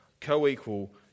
co-equal